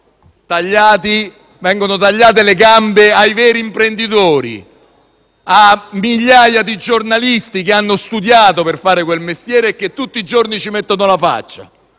invece tagliate le gambe ai veri imprenditori, a migliaia di giornalisti che hanno studiato per fare quel mestiere e che tutti i giorni ci mettono la faccia.